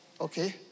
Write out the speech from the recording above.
okay